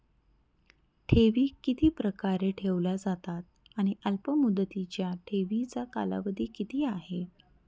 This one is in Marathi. ठेवी किती प्रकारे ठेवल्या जातात आणि अल्पमुदतीच्या ठेवीचा कालावधी किती आहे?